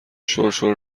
شرشر